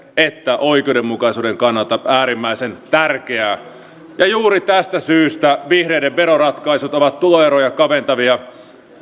että oikeudenmukaisuuden kannalta äärimmäisen tärkeää juuri tästä syystä vihreiden veroratkaisut ovat tuloeroja kaventavia